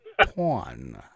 pawn